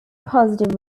positive